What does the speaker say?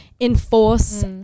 enforce